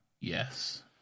Yes